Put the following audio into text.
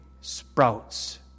sprouts